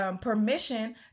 permission